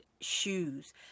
shoes